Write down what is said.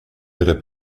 ihrer